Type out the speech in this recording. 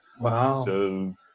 Wow